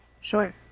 sure